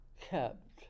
kept